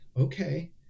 okay